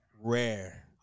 rare